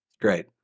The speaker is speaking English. Great